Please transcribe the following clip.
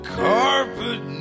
carpet